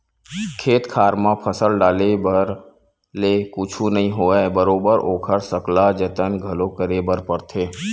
खेत खार म फसल डाले भर ले कुछु नइ होवय बरोबर ओखर सकला जतन घलो करे बर परथे